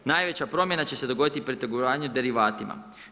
Najveća promjena će se dogoditi pri trgovanju derivatima.